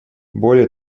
более